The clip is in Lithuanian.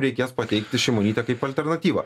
reikės pateikti šimonytę kaip alternatyvą